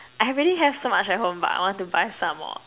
I already have so much at home but I want to buy some more